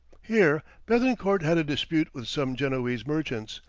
here bethencourt had a dispute with some genoese merchants,